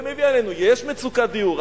יש מצוקת דיור.